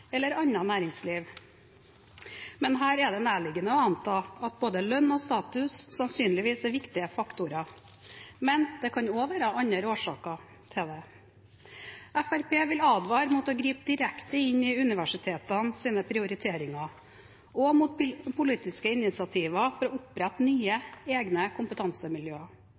eller annet næringsliv. Her er det nærliggende å anta at både lønn og status sannsynligvis er viktige faktorer, men det kan også være andre årsaker til det. Fremskrittspartiet vil advare mot å gripe direkte inn i universitetenes prioriteringer og mot politiske initiativer for å opprette nye, egne kompetansemiljøer.